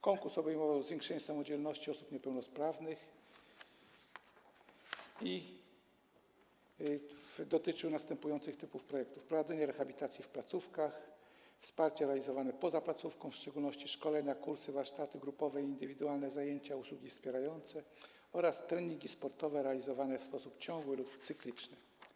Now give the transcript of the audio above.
Konkurs obejmował działania na rzecz zwiększenia samodzielności osób niepełnosprawnych i dotyczył następujących typów projektów: prowadzenie rehabilitacji w placówkach, wsparcia realizowane poza placówką, w szczególności szkolenia, kursy, warsztaty grupowe i indywidualne zajęcia, usługi wspierające oraz treningi sportowe realizowane w sposób ciągły lub cykliczny.